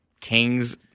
Kings